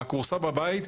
מהכורסה בבית,